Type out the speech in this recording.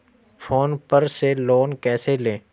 Phone पर से loan कैसे लें?